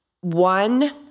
one